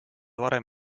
varem